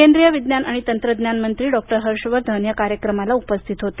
केंद्रीय विज्ञान आणि तंत्रज्ञान मंत्री डॉ हर्ष वर्धन या कार्यक्रमाला उपस्थित होते